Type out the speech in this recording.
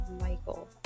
Michael